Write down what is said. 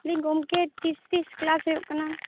ᱞᱟᱹᱭᱮᱫᱟᱹᱧ ᱜᱚᱝᱠᱮ ᱛᱤᱥ ᱛᱤᱥ ᱠᱞᱟᱥ ᱦᱩᱭᱩᱜ ᱠᱟᱱᱟ